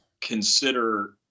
consider